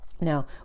Now